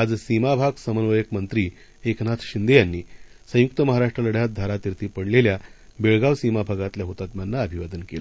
आज सीमा भाग समन्वयक मंत्री एकनाथ शिंदे यांनी संयुक्त महाराष्ट्र लढ्यात धारातीर्थी पडलेल्या बेळगाव सीमा भागातल्या हुतात्म्यांना अभिवादन केलं